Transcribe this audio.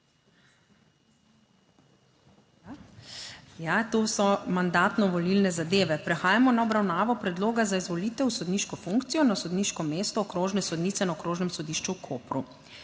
to so mandatno volilne zadeve. Prehajamo na obravnavo predloga za izvolitev v sodniško funkcijo na sodniško mesto okrožne sodnice na Okrožnem sodišču v Kopru.